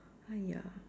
!aiya!